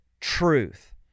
truth